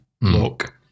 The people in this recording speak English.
look